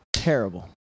Terrible